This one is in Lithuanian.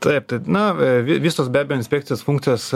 taip tai na vi visos be abejo inspekcijos funkcijas